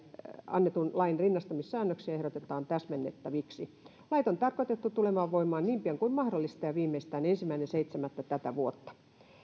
annetun lain rinnastamissäännöksiä ehdotetaan täsmennettäviksi lait on tarkoitettu tulemaan voimaan niin pian kuin mahdollista ja viimeistään ensimmäinen seitsemättä tätä vuotta